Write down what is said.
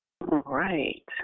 right